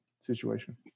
situation